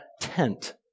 tent